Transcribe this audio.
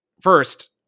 first